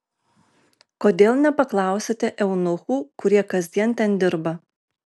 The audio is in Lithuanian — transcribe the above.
kodėl nepaklausiate eunuchų kurie kasdien ten dirba